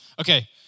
Okay